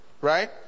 Right